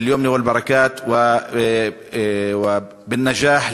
להלן תרגומם: מי ייתן ויביא לנו ולכל בני עמנו מזל טוב,